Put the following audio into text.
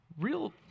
Real